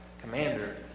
commander